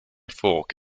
fork